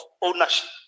ownership